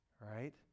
right